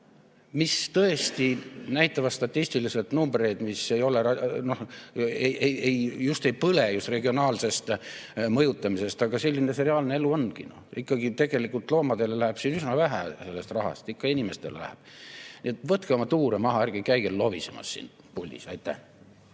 mis tõesti näitavad statistiliselt numbreid, mis just ei põle regionaalsest mõjutamisest. Aga selline see reaalne elu ongi. Ikkagi tegelikult loomadele läheb siin üsna vähe sellest rahast, ikka inimestele läheb. Nii et võtke oma tuure maha, ärge käige lobisemas siin puldis. Aitäh!